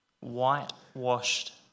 whitewashed